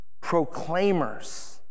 proclaimers